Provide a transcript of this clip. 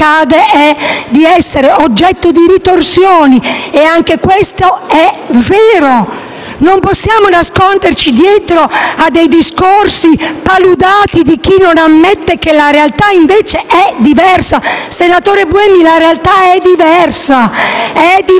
di essere oggetto di ritorsioni. Anche questo è vero: non possiamo nasconderci dietro ai discorsi paludati di chi non ammette che la realtà è diversa. Senatore Buemi, la realtà è diversa: oggi